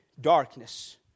darkness